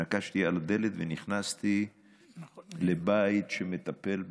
נקשתי על דלת ונכנסתי לבית שמטפל באנשים,